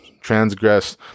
transgress